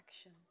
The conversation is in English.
action